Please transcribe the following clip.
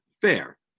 Fair